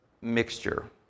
mixture